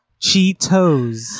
Cheetos